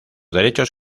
derechos